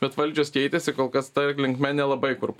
bet valdžios keitėsi kol kas ta linkme nelabai kur